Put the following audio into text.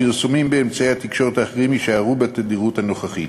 הפרסומים באמצעי התקשורת האחרים יישארו בתדירות הנוכחית.